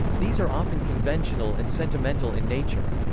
these are often conventional and sentimental in nature.